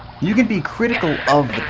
yeah be critical of